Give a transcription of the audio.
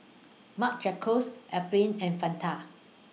Marc Jacobs Alpen and Fanta